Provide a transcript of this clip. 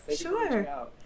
Sure